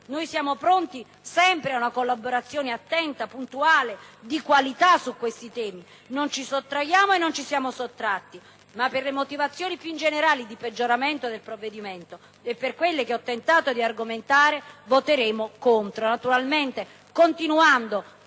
Siamo pronti sempre ad una collaborazione attenta, puntuale e di qualità su questi temi; non ci sottraiamo e non ci siamo sottratti, ma per le motivazioni più generali di peggioramento del provvedimento e per quelle che ho tentato di argomentare voteremo contro,